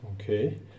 Okay